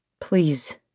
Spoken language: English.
Please